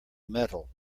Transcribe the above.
metal